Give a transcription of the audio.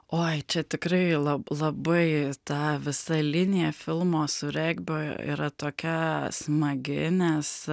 oi čia tikrai la labai ta visa linija filmo su regbio yra tokia smagi nes